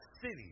city